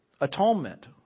atonement